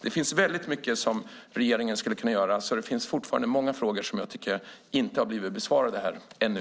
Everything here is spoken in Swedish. Det finns väldigt mycket som regeringen skulle kunna göra, och det är många frågor som inte har blivit besvarade här ännu.